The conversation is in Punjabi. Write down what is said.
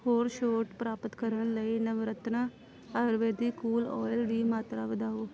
ਹੋਰ ਛੋਟ ਪ੍ਰਾਪਤ ਕਰਨ ਲਈ ਨਵਰਤਨਾ ਆਯੁਰਵੈਦਿਕ ਕੂਲ ਔਇਲ ਦੀ ਮਾਤਰਾ ਵਧਾਓ